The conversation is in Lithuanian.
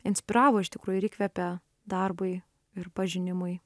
inspiravo iš tikrųjų ir įkvėpė darbui ir pažinimui